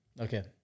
Okay